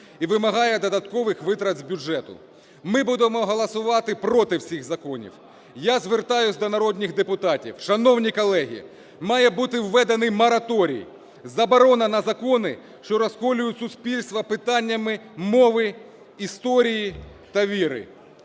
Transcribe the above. і вимагає додаткових витрат з бюджету. Ми будемо голосувати проти всіх законів. Я звертаюсь до народних депутатів: шановні колеги, має бути введений мораторій – заборона на закони, що розколюють суспільство питаннями мови, історії та віри.